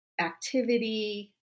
activity